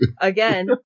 Again